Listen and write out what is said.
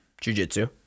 jiu-jitsu